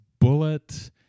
bullet